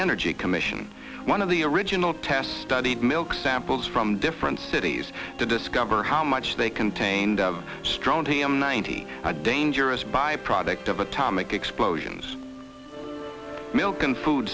energy commission one of the original test studied milk samples from different cities to discover how much they contained of strontium ninety a dangerous byproduct of atomic explosions milk and food